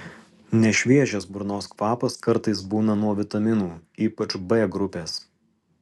nešviežias burnos kvapas kartais būna nuo vitaminų ypač b grupės